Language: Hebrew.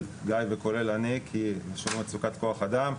גיא וכולל אני כי יש לנו מצוקת חיי אדם,